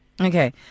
Okay